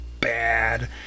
bad